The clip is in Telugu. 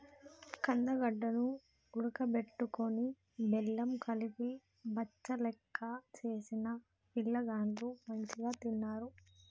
కందగడ్డ ను ఉడుకబెట్టుకొని బెల్లం కలిపి బచ్చలెక్క చేసిన పిలగాండ్లు మంచిగ తిన్నరు